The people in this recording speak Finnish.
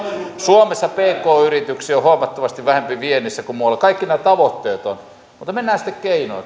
suomessa pk yrityksiä on huomattavasti vähempi viennissä kuin muualla kaikki nämä tavoitteet ovat mutta mennään sitten keinoihin